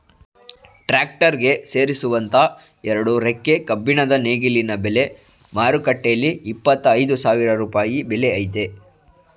tractor ಗೆ ಸೇರಿಸುವಂತ ಎರಡು ರೆಕ್ಕೆ ಕಬ್ಬಿಣದ ನೇಗಿಲಿನ ಬೆಲೆ ಮಾರುಕಟ್ಟೆಲಿ ಇಪ್ಪತ್ತ ಐದು ಸಾವಿರ ರೂಪಾಯಿ ಬೆಲೆ ಆಯ್ತೆ